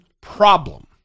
problem